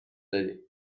داری